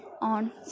on